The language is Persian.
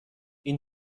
این